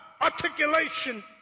articulation